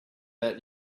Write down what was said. out